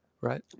right